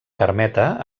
carmeta